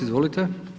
Izvolite.